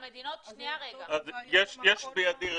יש בידי רשימה,